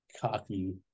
cocky